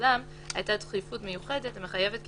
ואולם הייתה דחיפות מיוחדת המחייבת כי